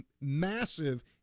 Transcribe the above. massive